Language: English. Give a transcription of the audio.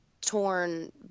torn